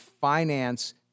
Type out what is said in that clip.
finance